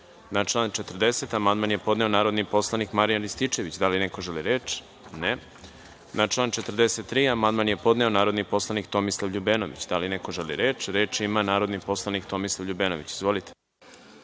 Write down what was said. član 40. amandman je podneo narodni poslanik Marijan Rističević. Da li neko želi reč? (Ne)Na član 43. amandman je podneo narodni poslanik Tomislav Ljubenović. Da li neko želi reč? (Da)Reč ima narodni poslanik Tomislav Ljubenović. Izvolite.